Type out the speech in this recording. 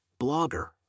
Blogger